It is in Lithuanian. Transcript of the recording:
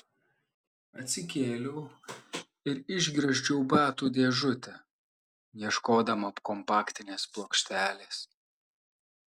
atsikėliau ir išgriozdžiau batų dėžutę ieškodama kompaktinės plokštelės